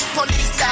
Police